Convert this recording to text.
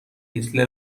هیتلر